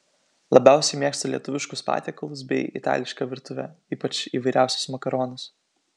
labiausiai mėgstu lietuviškus patiekalus bei itališką virtuvę ypač įvairiausius makaronus